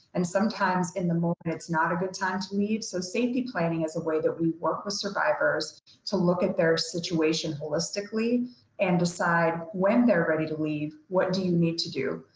and sometimes in the moment, it's not a good time to leave. so safety planning is a way that we work with survivors to look at their situation holistically and decide when they're ready to leave, what do you need to do.